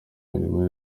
mirimo